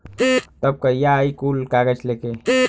तब कहिया आई कुल कागज़ लेके?